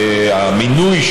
המינוי,